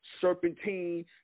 serpentine